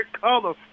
color